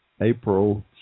April